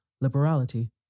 liberality